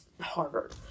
Harvard